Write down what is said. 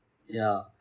yeah